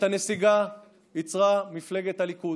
את הנסיגה ייצרה מפלגת הליכוד,